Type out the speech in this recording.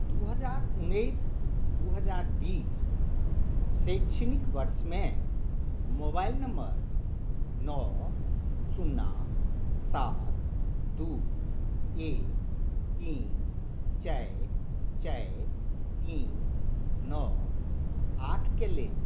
दू हज़ार उन्नैस दू हज़ार बीस शैक्षणिक वर्षमे मोबाइल नम्बर नओ शुन्ना सात दू एक तीन चारि चारि तीन नओ आठके लेल